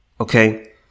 Okay